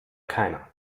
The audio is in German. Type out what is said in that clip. keiner